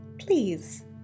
Please